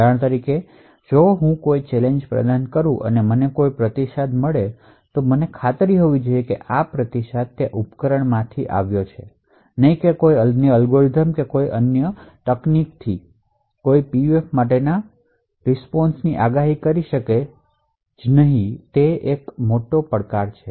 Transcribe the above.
ઉદાહરણ તરીકે જો હું કોઈ ચેલેન્જ પ્રદાન કરું છું અને મને કોઈ રીસ્પોન્શ મળે તો મને ખાતરી હોવી જોઈએ કે આ રીસ્પોન્શ તે ઉપકરણમાંથી આવ્યો છે નહીં કે કોઈ અન્ય અલ્ગોરિધમ કે કોઈ અન્ય તકનીકથી કોઈ PUF માટેના રીસ્પોન્શની આગાહી કરી શકે તે ખાસ ચેલેન્જ માટે